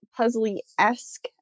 puzzly-esque